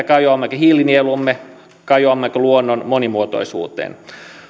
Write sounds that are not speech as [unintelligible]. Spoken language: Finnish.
[unintelligible] kajoammeko hiilinieluumme kajoammeko luonnon monimuotoisuuteen